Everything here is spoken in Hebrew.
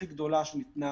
הכי גדולה שניתנה